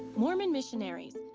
mormon missionaries,